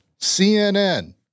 CNN